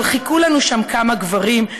אבל חיכו לנו שם כמה גברים,